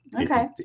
Okay